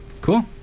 cool